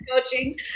Coaching